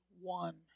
one